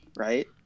Right